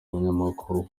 abanyamakuru